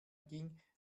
ging